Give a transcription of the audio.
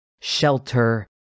shelter